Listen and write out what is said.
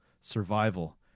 Survival